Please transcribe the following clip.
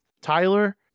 Tyler